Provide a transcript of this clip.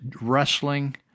wrestling